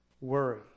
worry